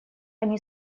они